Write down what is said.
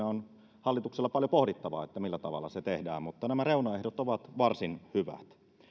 on hallituksella paljon pohdittavaa millä tavalla se tehdään mutta nämä reunaehdot ovat varsin hyvät